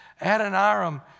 Adoniram